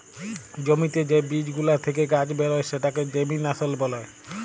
জ্যমিতে যে বীজ গুলা থেক্যে গাছ বেরয় সেটাকে জেমিনাসল ব্যলে